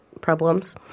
problems